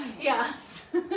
Yes